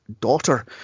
daughter